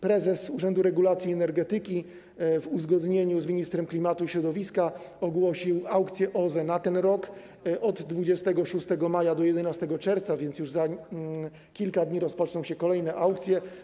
Prezes Urzędu Regulacji Energetyki w uzgodnieniu z ministrem klimatu i środowiska ogłosił aukcję OZE na ten rok w terminie od 26 maja do 11 czerwca, więc już za kilka dni rozpoczną się kolejne aukcje.